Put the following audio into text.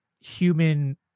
human